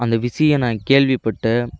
அந்த விஷயம் நான் கேள்விப்பட்டு